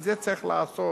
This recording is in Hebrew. את זה צריך לעשות,